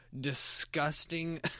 disgusting